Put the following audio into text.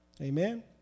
Amen